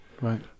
right